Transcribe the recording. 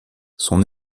son